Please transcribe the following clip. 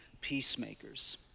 peacemakers